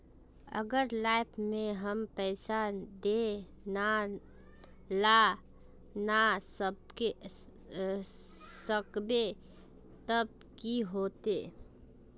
अगर लाइफ में हम पैसा दे ला ना सकबे तब की होते?